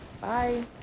Bye